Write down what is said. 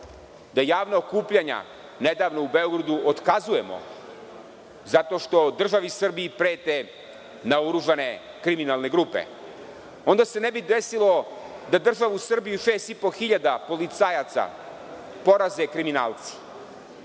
da javna okupljanja, nedavno u Beogradu, otkazujemo zato što državi Srbiji prete naoružane kriminalne grupe, ne bi se desilo da državu Srbiju, 6.500 policajaca poraze kriminalci. Očekujem